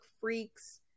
Freaks